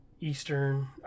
eastern